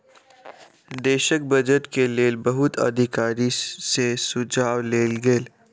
देशक बजट के लेल बहुत अधिकारी सॅ सुझाव लेल गेल